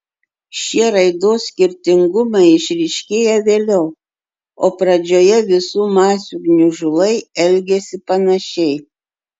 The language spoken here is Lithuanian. šie raidos skirtingumai išryškėja vėliau o pradžioje visų masių gniužulai elgiasi panašiai